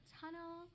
tunnel